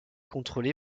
contrôlé